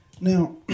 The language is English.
Now